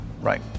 right